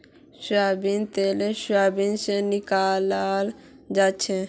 सोयाबीनेर तेल सोयाबीन स निकलाल जाछेक